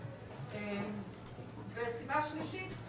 וסיבה שלישית,